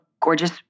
gorgeous